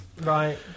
Right